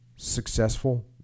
successful